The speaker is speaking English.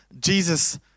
Jesus